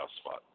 spot